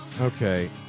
Okay